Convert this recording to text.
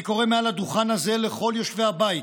אני קורא מעל הדוכן הזה לכל יושבי הבית: